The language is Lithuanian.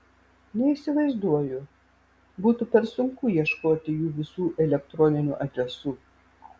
neįsivaizduoju būtų per sunku ieškoti jų visų elektroninių adresų